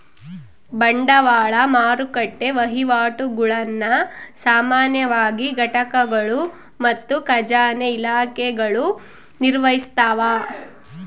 ಬಂಡವಾಳ ಮಾರುಕಟ್ಟೆ ವಹಿವಾಟುಗುಳ್ನ ಸಾಮಾನ್ಯವಾಗಿ ಘಟಕಗಳು ಮತ್ತು ಖಜಾನೆ ಇಲಾಖೆಗಳು ನಿರ್ವಹಿಸ್ತವ